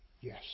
Yes